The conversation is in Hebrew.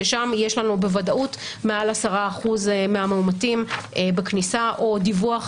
ששם יש לנו בוודאות מעל 10% מהמאומתים בכניסה או דיווח